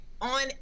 on